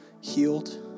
healed